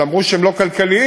שאמרו שהם לא כלכליים,